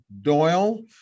Doyle